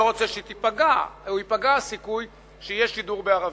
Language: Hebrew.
רוצה שייפגע הסיכוי שיהיה שידור בערבית.